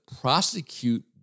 prosecute